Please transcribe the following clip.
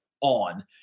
on